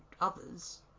others